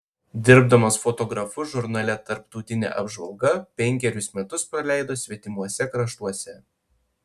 dirbdamas fotografu žurnale tarptautinė apžvalga penkerius metus praleido svetimuose kraštuose